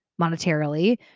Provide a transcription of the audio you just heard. monetarily